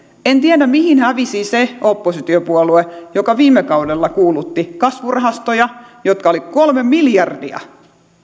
en tiedä mihin hävisi se oppositiopuolue joka viime kaudella kuulutti kasvurahastoja jotka olivat kolme miljardia